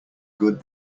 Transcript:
good